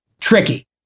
Tricky